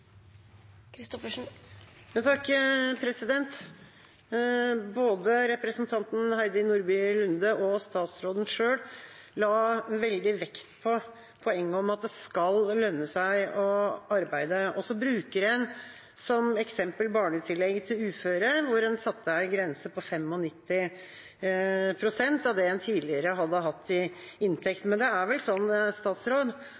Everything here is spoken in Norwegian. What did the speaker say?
Både representanten Heidi Nordby Lunde og statsråden selv la veldig vekt på poenget om at det skal lønne seg å arbeide. En bruker som eksempel barnetillegget til uføre, hvor en satte en grense på 95 pst. av det en tidligere hadde hatt i